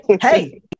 hey